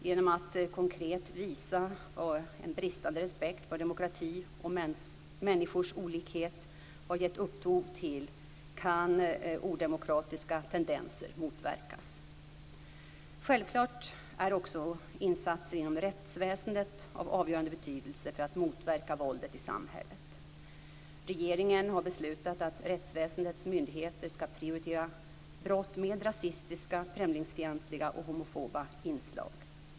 Genom att konkret visa vad en bristande respekt för demokrati och människors olikhet har gett upphov till kan odemokratiska tendenser motverkas. Självklart är också insatser inom rättsväsendet av avgörande betydelse för att motverka våldet i samhället. Regeringen har beslutat att rättsväsendets myndigheter ska prioritera brott med rasistiska, främlingsfientliga och homofoba inslag.